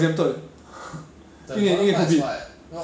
we also learn social studies no already have that ingrained in us